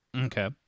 okay